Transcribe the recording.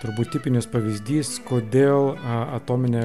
turbūt tipinis pavyzdys kodėl atominė